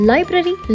Library